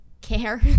care